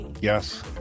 yes